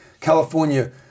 California